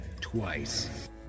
Twice